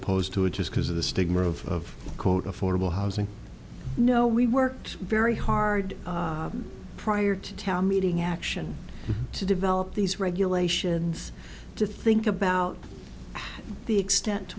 opposed to it just because of the stigma of quote affordable housing no we worked very hard prior to town meeting action to develop these regulations to think about the extent to